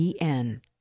en